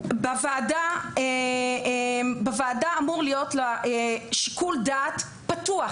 בוועדה אמור להיות שיקול דעת פתוח,